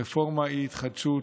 רפורמה היא התחדשות,